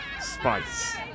Spice